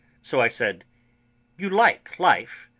so i said you like life,